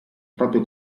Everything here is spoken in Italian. proprio